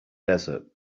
desert